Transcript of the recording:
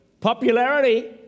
popularity